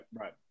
Right